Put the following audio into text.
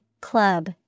club